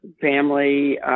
family